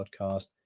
podcast